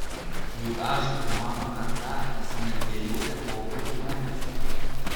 juk aš ir mano karta esame dviejų epochų žmonės